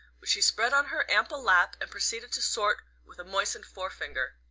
which she spread on her ample lap and proceeded to sort with a moistened forefinger.